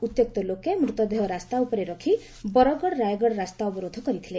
ଉତ୍ୟକ୍ତ ଲୋକେ ମୃତଦେହ ରାସ୍ତା ଉପରେ ରଖି ବରଗଡ଼ ରାୟଗଡ଼ ରାସ୍ତା ଅବରୋଧ କରିଥିଲେ